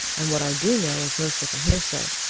and what i do know is mostly from hearsay.